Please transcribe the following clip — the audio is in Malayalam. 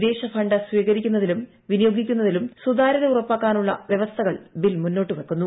വിദേശ ഫണ്ട് സ്വീകരിക്കുന്നതിലും വിനിയോഗിക്കുന്നതിലും സുതാര്യത ഉറപ്പാക്കാനുള്ള വ്യവസ്ഥകൾ ബിൽ മുന്നോട്ടുവയ്ക്കുന്നു